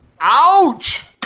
Ouch